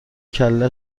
کله